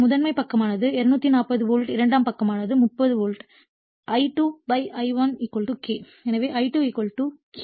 எனவே முதன்மை பக்கமானது 240 வோல்ட் இரண்டாம் பக்கமானது 30 வோல்ட் I2 I1 K